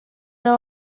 all